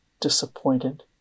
disappointed